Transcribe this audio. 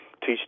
teach